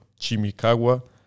Chimicagua